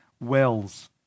Wells